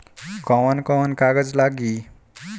कौन कौन कागज लागी?